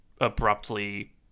abruptly